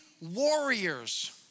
warriors